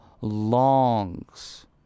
longs